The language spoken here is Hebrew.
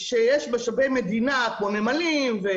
שיש משאבי מדינה כמו נמלים,